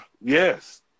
yes